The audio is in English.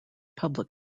public